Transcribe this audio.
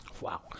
Wow